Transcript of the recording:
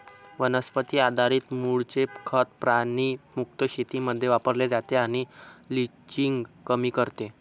वनस्पती आधारित मूळचे खत प्राणी मुक्त शेतीमध्ये वापरले जाते आणि लिचिंग कमी करते